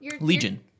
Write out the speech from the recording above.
Legion